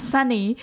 Sunny